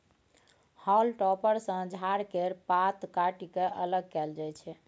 हाउल टॉपर सँ झाड़ केर पात काटि के अलग कएल जाई छै